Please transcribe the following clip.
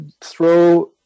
throw